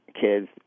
kids